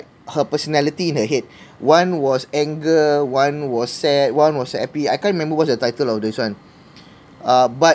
her personality in her head one was anger one was sad one was happy I can't remember what's the title of this one uh but